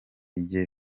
njye